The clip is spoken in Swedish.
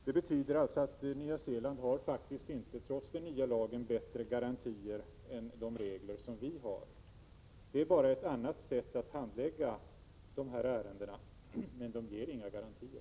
Det betyder alltså att Nya Zeeland faktiskt inte, trots den nya lagen, har bättre garantier än de regler som vi har. Det är bara ett annat sätt att handlägga dessa ärenden, men det ger inga garantier.